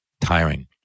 tiring